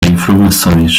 informações